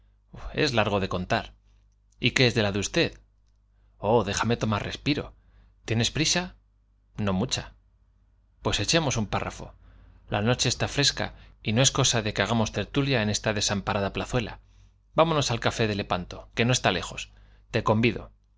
es largo de contar y qué es de la de usted i oh déjame tomar respiro tienes prisa no mucha pues echemos un párrafo la noche está fresca y no es cosa de que hagamos tertulia en esta desampa rada plazuela vámonos al café de lepanto que no está lejos te convido